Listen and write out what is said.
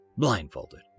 Blindfolded